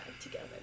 together